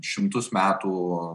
šimtus metų